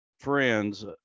friends